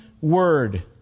word